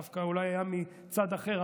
דווקא אולי זה היה מצד אחר,